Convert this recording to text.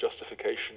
justification